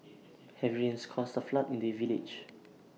heavy rains caused A flood in the village